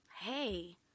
hey